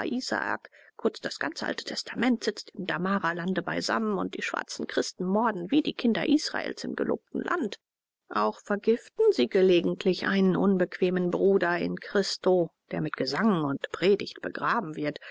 isaak kurz das ganze alte testament sitzt im damaralande beisammen und die schwarzen christen morden wie die kinder israel im gelobten land auch vergiften sie gelegentlich einen unbequemen bruder in christo der mit gesang und predigt begraben wird